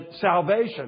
salvation